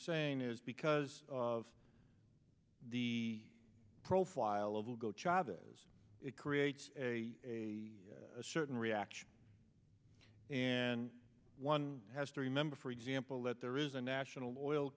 saying is because of the profile of hugo chavez it creates a certain reaction and one has to remember for example that there is a national oil